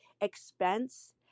expense